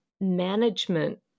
management